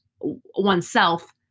oneself